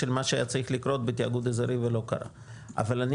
של מה שהיה צריך לקרות בתיאגוד אזורי ולא קרה.